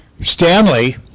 Stanley